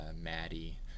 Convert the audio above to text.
Maddie